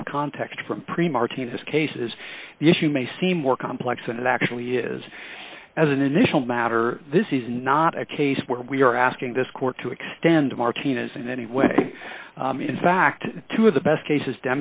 out of context from pre martinez cases the issue may seem more complex than it actually is as an initial matter this is not a case where we are asking this court to extend martina's in any way in fact two of the best cases